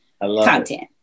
content